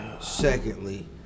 secondly